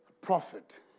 Prophet